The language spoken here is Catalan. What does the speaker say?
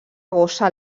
gossa